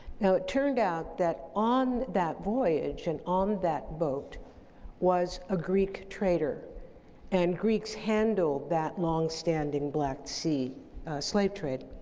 now, it turned out that on that voyage and on that boat was a greek trader and greeks handled that long-standing black sea slave trade.